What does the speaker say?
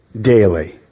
daily